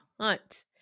hunt